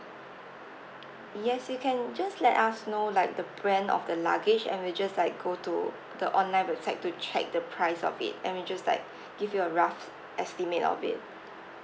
yes you can just let us know like the brand of the luggage and we just like go to the online website to check the price of it and we just like give you a rough estimate of it